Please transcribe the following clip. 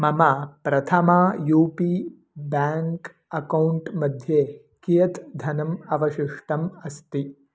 मम Prathama U P bank account मध्ये कियत् धनम् अवशिष्टम् अस्ति